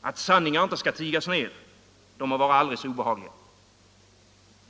att sanningar inte skall tigas ihjäl, de må vara aldrig så obehagliga.